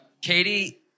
Katie